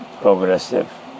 progressive